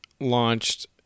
launched